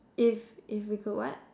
if if we could what